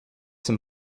some